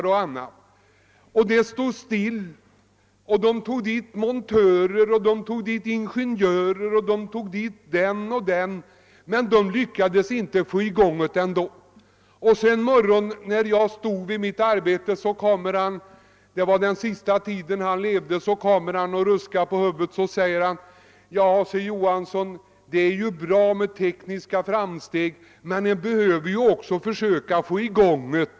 Det stod emellertid bara stilla. Man tog dit montörer och ingenjörer, men de lyckades ändå inte få i gång valsverket. En morgon när jag stod vid mitt arbete kom fabrikören — det var sista tiden han levde — och ruskade på huvudet och sade: »Ja, ser Johansson, det är bra med tekniska anordningar, men en behöver ju också få i gång dem.